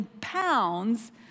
pounds